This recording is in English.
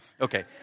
Okay